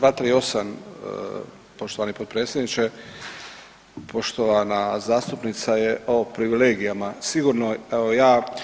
238. poštovani potpredsjedniče, poštovana zastupnica je o privilegijama sigurna, evo ja